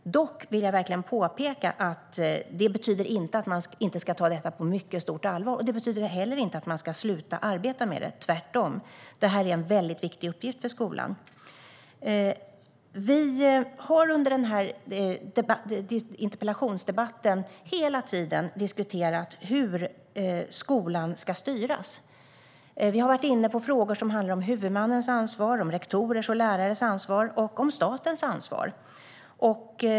Dock vill jag verkligen påpeka att det inte betyder att man inte ska ta problemet på mycket stort allvar. Det betyder inte heller att man ska sluta arbeta med problemet. Det är en viktig uppgift för skolan. Vi har under interpellationsdebatten diskuterat hur skolan ska styras. Vi har varit inne på frågor om huvudmannens ansvar, rektorers och lärares ansvar samt om statens ansvar.